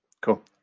Cool